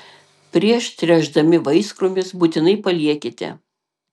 prieš tręšdami vaiskrūmius būtinai paliekite